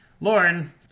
Lauren